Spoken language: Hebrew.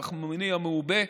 הגז הפחמימני המעובה,